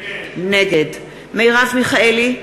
נגד מרב מיכאלי,